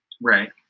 Right